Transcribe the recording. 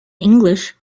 english